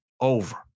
Over